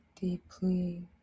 deeply